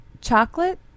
chocolate